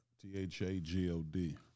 T-H-A-G-O-D